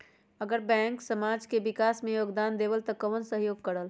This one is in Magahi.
अगर बैंक समाज के विकास मे योगदान देबले त कबन सहयोग करल?